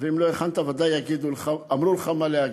ואם לא הכנת, ודאי אמרו לך מה להגיד.